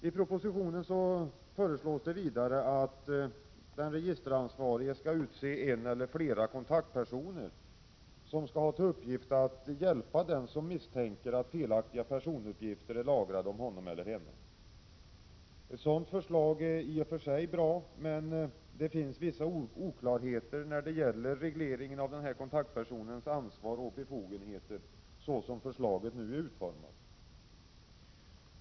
I propositionen föreslås vidare att den registeransvarige skall utse en eller flera kontaktpersoner som skall ha till uppgift att hjälpa den som misstänker att felaktiga personuppgifter är lagrade om honom eller henne. Ett sådant förslag är i och för sig bra, med det finns vissa oklarheter när det gäller regleringen av denna kontaktpersons ansvar och befogenheter, såsom förslaget är utformat.